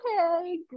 Okay